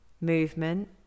movement